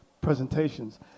presentations